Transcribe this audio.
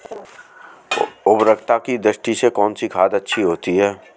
उर्वरकता की दृष्टि से कौनसी खाद अच्छी होती है?